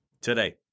today